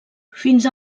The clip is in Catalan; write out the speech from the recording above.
fins